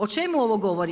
O čemu ovo govori?